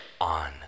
on